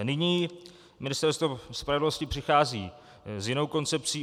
Nyní Ministerstvo spravedlnosti přichází s jinou koncepcí.